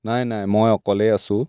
নাই নাই মই অকলেই আছোঁ